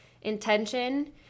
intention